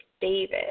David